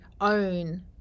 own